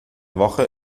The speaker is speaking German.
woche